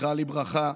זכרה לברכה,